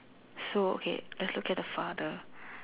so okay let's look at the father